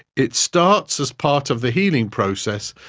it starts as part of the healing process,